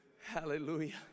Hallelujah